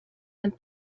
and